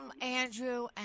Andrew